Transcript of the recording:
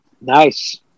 Nice